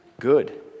good